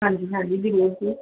ਹਾਂਜੀ ਹਾਂਜੀ ਜ਼ਰੂਰ ਜੀ